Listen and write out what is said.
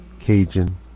Cajun